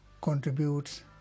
contributes